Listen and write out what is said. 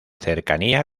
cercanía